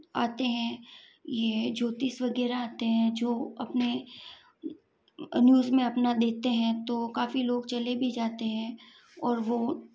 आते हैं यह ज्योतिष वगैरह आते हैं जो अपने न्यूज़ में अपना देते हैं तो काफ़ी लोग चले भी जाते हैं और वह